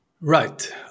Right